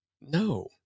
No